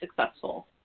successful